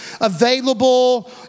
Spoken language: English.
available